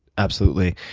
absolutely.